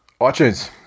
itunes